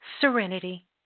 serenity